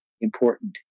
important